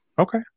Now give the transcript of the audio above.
Okay